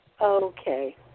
Okay